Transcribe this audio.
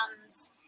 comes